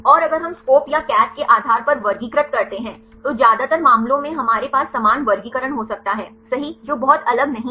और अगर हम SCOP या CATH के आधार पर वर्गीकृत करते हैं तो ज्यादातर मामलों में हमारे पास समान वर्गीकरण हो सकता है सही जो बहुत अलग नहीं हैं